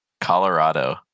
Colorado